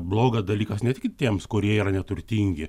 blogas dalykas ne tik tiems kurie yra neturtingi